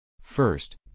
First